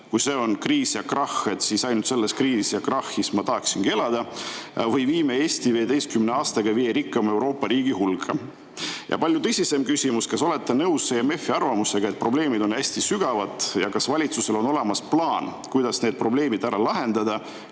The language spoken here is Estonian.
"Kui see on kriis ja krahh, siis ainult sellises kriisis ja krahhis ma tahaksingi elada" või "Viime Eesti 15 aastaga viie rikkaima Euroopa riigi hulka". Ja palju tõsisem küsimus: kas te olete nõus IMF‑i arvamusega, et probleemid on hästi sügavad, ja kas valitsusel on olemas plaan, kuidas need probleemid lahendada